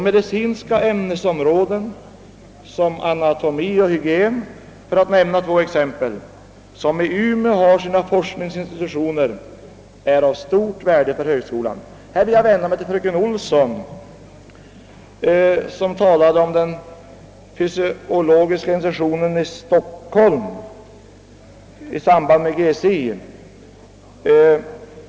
Medicinska ämnesområden som anatomi och hygien — för att nämna två exempel — som i Umeå har sina forskningsinstitutioner är av stort värde för högskolan. Här vill jag vända mig till fröken Olsson, som talade om den fysiologiska institutionen i Stockholm i anknytning till GCI.